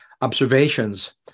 observations